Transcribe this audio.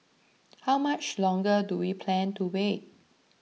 how much longer do we plan to wait